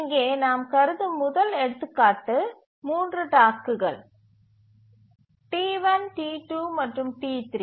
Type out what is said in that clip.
இங்கே நாம் கருதும் முதல் எடுத்துக்காட்டு 3 டாஸ்க்குகள் T1 T2 மற்றும் T3